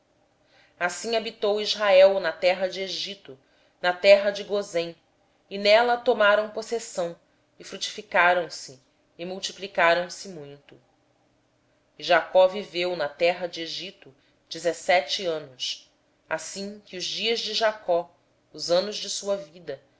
assim habitou israel na terra do egito na terra de gósen e nela adquiriram propriedades e frutificaram e multiplicaram se muito e jacó viveu na terra do egito dezessete anos de modo que os dias de jacó os anos da sua vida